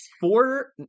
four